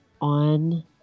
on